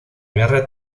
guerra